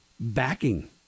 Backing